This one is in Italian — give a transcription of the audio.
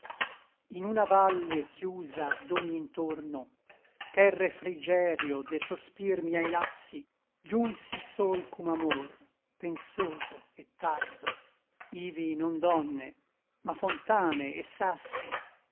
in una valle chiusa d'ogni ntorno ch'è refrigerio de sospir miei lassi giunsi sol com amor pensoso et tardo ivi non donne ma fontane et sassi